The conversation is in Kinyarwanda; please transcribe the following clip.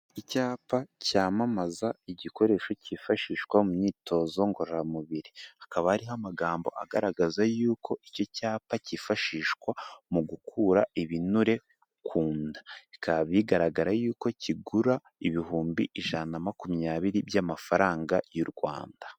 Icyapa cyamamaza igikoresho cyifashishwa mu myitozo ngororamubiri, hakaba hariho amagambo agaragaza y'uko icyo cyapa cyifashishwa mu gukura ibinure ku nda, bikaba bigaragara yuko kigura ibihumbi ijana na makumyabiri by'amafaranga y'u Rwanda.